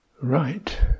Right